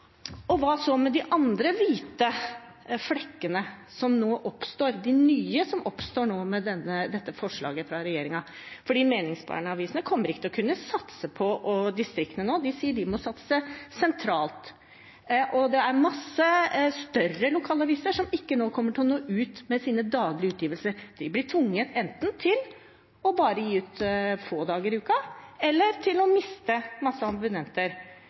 Og hva med de andre «hvite flekkene» som nå oppstår, de nye som oppstår med dette forslaget fra regjeringen? For de meningsbærende avisene kommer ikke til å kunne satse på distriktene nå. De sier de må satse sentralt. Det er massevis av større lokalaviser som nå ikke kommer til å nå ut med sine daglige utgivelser. De blir tvunget til enten å gi ut bare få dager i uken, eller å miste